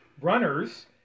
runners